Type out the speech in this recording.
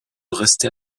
rester